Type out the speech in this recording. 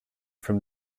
from